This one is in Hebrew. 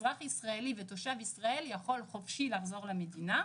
אזרח ישראלי ותושב ישראל יכול חופשי לחזור למדינה.